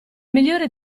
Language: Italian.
migliore